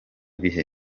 bihe